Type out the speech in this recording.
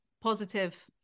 positive